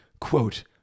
quote